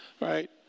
right